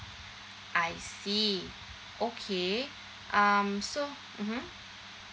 I see okay um so mmhmm